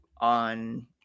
on